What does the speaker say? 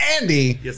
Andy